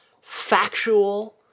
factual